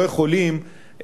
לא יכולים,